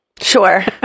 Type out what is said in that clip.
Sure